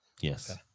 Yes